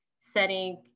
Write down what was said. setting